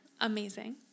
amazing